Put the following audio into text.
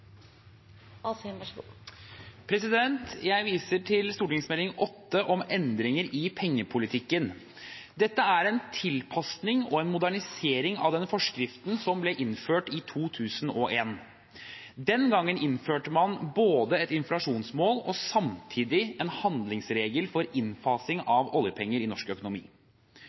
en tilpasning og en modernisering av den forskriften som ble innført i 2001. Den gangen innførte man både et inflasjonsmål og samtidig en handlingsregel for innfasing av oljepenger i norsk økonomi.